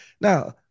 Now